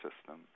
system